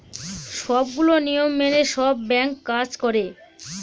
সবগুলো নিয়ম মেনে সব ব্যাঙ্ক কাজ করে